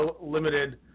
limited